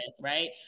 right